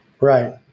Right